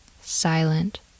silent